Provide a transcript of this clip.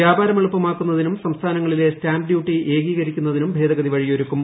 വ്യാപാരം എളുപ്പമാക്കുന്നതിനും സംസ്ഥാനങ്ങളിലെ സ്റ്റാമ്പ് ഡ്യൂട്ടി ഏകീകരിക്കുന്നതിനും ഭേദഗതി വഴിയൊരുക്കും